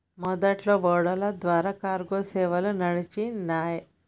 మొదట్లో ఓడల ద్వారా కార్గో సేవలు నడిచినాయ్